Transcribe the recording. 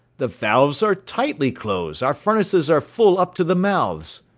the valves are tightly closed our furnaces are full up to the mouths.